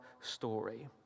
story